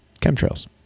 Chemtrails